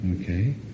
Okay